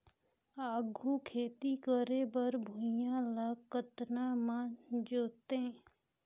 आघु खेती करे बर भुइयां ल कतना म जोतेयं?